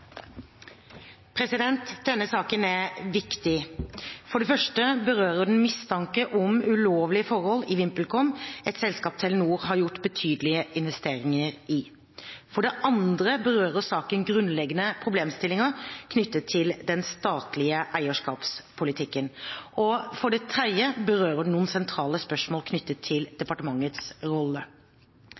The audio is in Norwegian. første berører den mistanke om ulovlige forhold i VimpelCom, et selskap Telenor har gjort betydelige investeringer i. For det andre berører saken grunnleggende problemstillinger knyttet til den statlige eierskapspolitikken. For det tredje berører den noen sentrale spørsmål knyttet til departementets rolle.